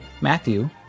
Matthew